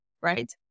right